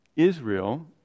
Israel